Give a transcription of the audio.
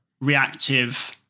reactive